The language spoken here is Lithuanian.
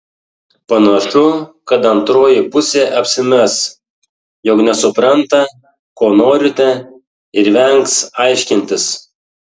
panašu kad antroji pusė apsimes jog nesupranta ko norite ir vengs aiškintis